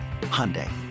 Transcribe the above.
Hyundai